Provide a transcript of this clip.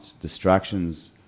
distractions